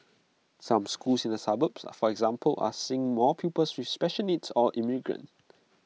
some schools in the suburbs for example are seeing more pupils with special needs or immigrants